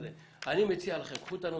אני מציע לכם לקחת את הנושא,